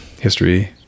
history